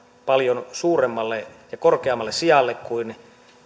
paljon suuremmalle ja korkeammalle sijalle kuin